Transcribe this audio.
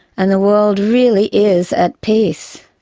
and the world really is at peace.